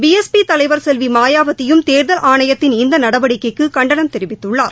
B S P தலைவர் செல்வி மாயாவதியும் தேர்தல் ஆணையத்தின் இந்த நடவடிக்கைக்கு கண்டனம் தெரிவித்துள்ளார்